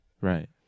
Right